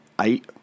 eight